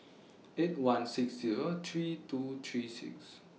eight one six Zero three two three six